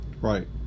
Right